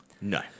no